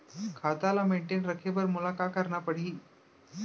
खाता ल मेनटेन रखे बर मोला का करना पड़ही?